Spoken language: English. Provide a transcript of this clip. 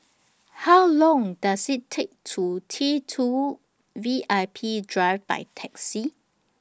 How Long Does IT Take to get to T two V I P Drive By Taxi